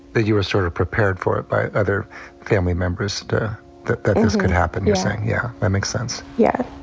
you were sort of prepared for it. but other family members that that this could happen. you're saying, yeah, that makes sense. yeah